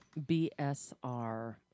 BSR